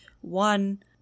One